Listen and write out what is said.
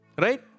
right